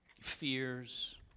fears